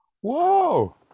Whoa